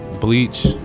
Bleach